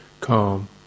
calm